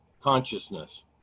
consciousness